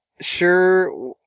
sure